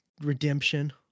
redemption